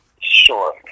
Sure